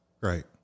Right